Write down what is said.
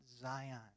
Zion